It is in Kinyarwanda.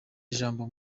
ijambo